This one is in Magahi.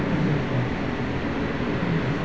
सूतीर कपरा पिहनवार आरामदायक ह छेक